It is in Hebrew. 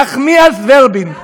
חברת הכנסת נחמיאס ורבין.